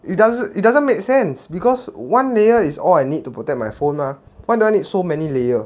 it doesn't it doesn't make sense because one layer is all I need to protect my phone mah why do I need so many layer